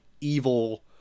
evil